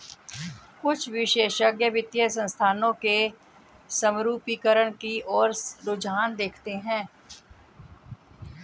कुछ विशेषज्ञ वित्तीय संस्थानों के समरूपीकरण की ओर रुझान देखते हैं